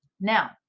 Now